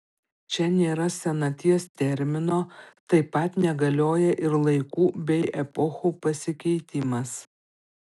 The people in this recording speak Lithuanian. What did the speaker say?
čia nėra senaties termino taip pat negalioja ir laikų bei epochų pasikeitimas